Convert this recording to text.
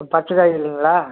ம் பச்சதான் இருக்குங்களா